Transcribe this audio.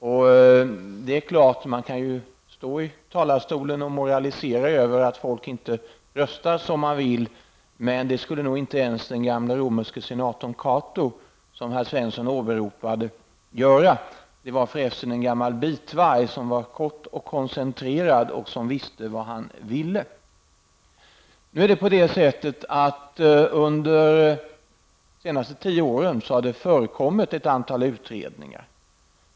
Visst kan man stå i denna talarstol och moralisera över att folket inte röstar som man vill, men det skulle nog inte ens den gamle romerske senatorn Cato, som Olle Svensson åberopade, göra. Han var för övrigt en gammal bitvarg som var kort och koncentrerad samt visste vad han ville. Under de senaste tio åren har det förekommit ett antal utredningar.